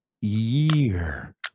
year